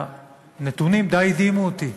והנתונים די הדהימו אותי.